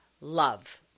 love